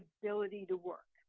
ability to work